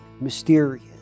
mysterious